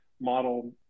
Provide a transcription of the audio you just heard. model